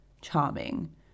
charming